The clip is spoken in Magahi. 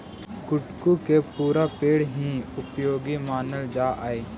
कुट्टू के पुरा पेड़ हीं उपयोगी मानल जा हई